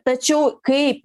tačiau kaip